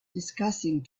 discussing